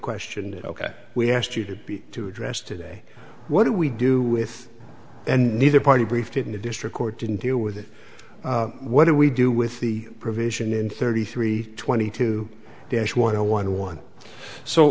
question ok we asked you to be to address today what do we do with and neither party briefed in the district court didn't deal with it what do we do with the provision in thirty three twenty two dash one hundred one one so